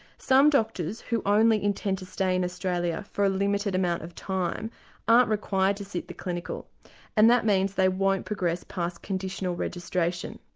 some doctors who only intend to stay in australia for a limited amount of time aren't required to sit the clinical and that means they won't progress past conditional registration.